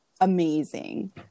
amazing